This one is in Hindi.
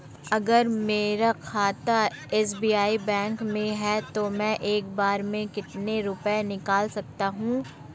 अगर मेरा खाता एस.बी.आई बैंक में है तो मैं एक बार में कितने रुपए निकाल सकता हूँ?